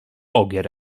ogier